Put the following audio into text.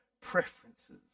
preferences